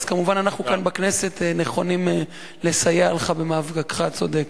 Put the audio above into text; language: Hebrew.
אז כמובן אנחנו כאן בכנסת נכונים לסייע לך במאבקך הצודק.